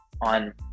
on